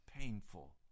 painful